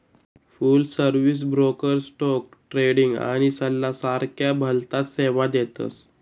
फुल service broker stock trading आणि सल्ला सारख्या भलताच सेवा देतस